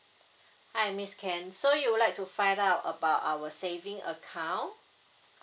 hi miss kent can so you would like to find out about our saving account